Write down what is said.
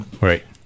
Right